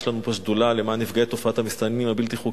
יש לנו פה שדולה למען נפגעי תופעת המסתננים הבלתי-חוקיים.